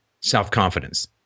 self-confidence